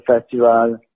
festival